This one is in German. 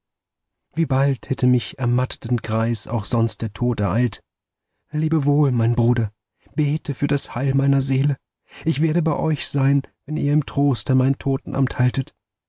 wie bald hätte mich ermatteten greis auch sonst der tod ereilt lebe wohl mein bruder bete für das heil meiner seele ich werde bei euch sein wenn ihr im kloster mein totenamt haltet